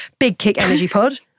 bigkickenergypod